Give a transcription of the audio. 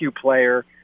player